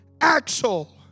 Axel